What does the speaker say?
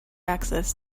access